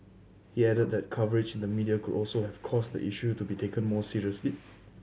he added that coverage in the media could also have caused the issue to be taken more seriously